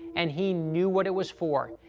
and he knew what it was for.